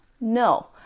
No